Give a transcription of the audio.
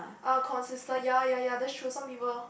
ah consistent ya ya ya that's true some people